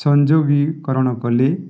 ସଂଯୋଗୀକରଣ କଲେ